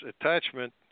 attachment